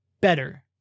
better